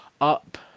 up